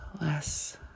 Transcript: less